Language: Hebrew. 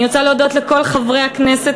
אני רוצה להודות לכל חברי הכנסת,